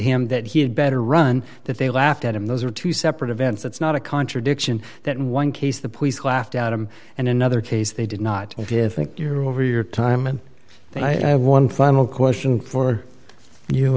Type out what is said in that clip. him that he had better run that they laughed at him those are two separate events that's not a contradiction that in one case the police laughed at him and another case they did not if you think you're over your time and i have one final question for you